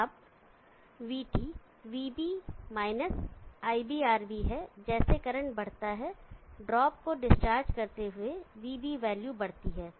अब vT vB iBRB है जैसे करंट बढ़ता है ड्रॉप को डिस्चार्ज करते हुए vB वैल्यू बढ़ती है